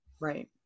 Right